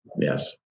Yes